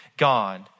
God